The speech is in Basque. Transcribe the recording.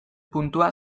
puntua